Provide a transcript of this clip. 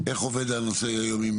איך עובד הנושא היום עם